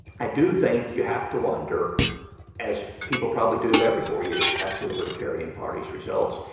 i do think you have to wonder as people probably do every four years after the libertarian party's results.